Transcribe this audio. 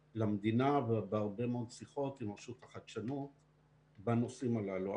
למדינה בהרבה מאוד שיחות עם רשות החדשנות בנושאים הללו.